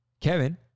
Kevin